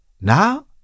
Now